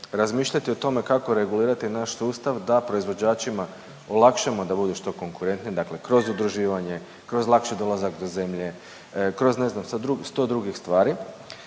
razmišljati o tome kako regulirati naš sustav da proizvođačima olakšamo da budu što konkurentniji, dakle kroz udruživanje, kroz lakši dolazak do zemlje, kroz, ne znam, sad 100 drugih stvari,